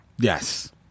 Yes